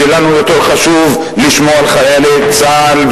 ולנו יותר חשוב לשמור על חיילי צה"ל,